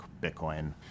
Bitcoin